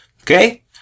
Okay